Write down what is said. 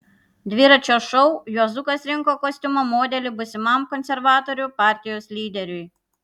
dviračio šou juozukas rinko kostiumo modelį būsimam konservatorių partijos lyderiui